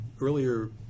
earlier